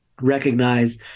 recognize